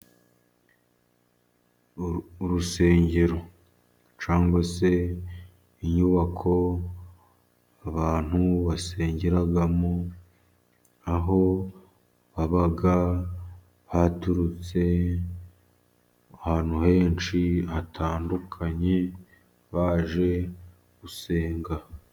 Urusengero cyangwa se inyubako abantu basengeramo, aho baba baturutse ahantu henshi hatandukanye, baje gusenga.